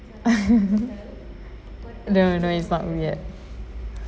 no no it's not yet